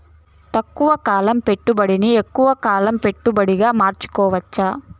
తక్కువ కాలం పెట్టుబడిని ఎక్కువగా కాలం పెట్టుబడిగా మార్చుకోవచ్చా?